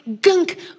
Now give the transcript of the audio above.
gunk